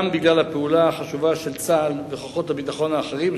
גם בגלל הפעולה של צה"ל וכוחות הביטחון האחרים,